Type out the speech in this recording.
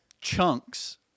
chunks